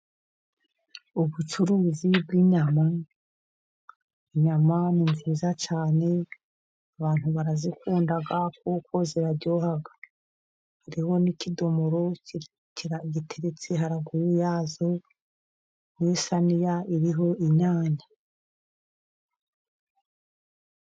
Ubucuruzi bw'inyama, inyama ni nziza cyane abantu barazikunda kuko ziraryoha, hariho n'ikidomori giteretse haruguru yazo n'isiniya iriho inyanya.